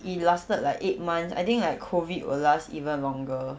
it lasted like eight months I think like COVID will last even longer